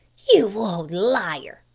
you old liar!